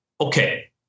okay